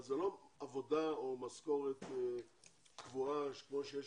זה לא עבודה או משכורת קבועה כמו שיש